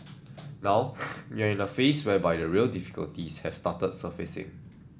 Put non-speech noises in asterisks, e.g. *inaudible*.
*noise* now we are in a phase whereby the real difficulties have started surfacing